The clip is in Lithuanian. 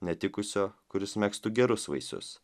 netikusio kuris megztų gerus vaisius